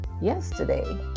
Yesterday